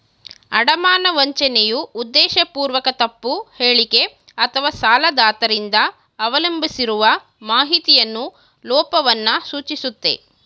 ಅಡಮಾನ ವಂಚನೆಯು ಉದ್ದೇಶಪೂರ್ವಕ ತಪ್ಪು ಹೇಳಿಕೆ ಅಥವಾಸಾಲದಾತ ರಿಂದ ಅವಲಂಬಿಸಿರುವ ಮಾಹಿತಿಯ ಲೋಪವನ್ನ ಸೂಚಿಸುತ್ತೆ